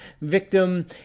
victim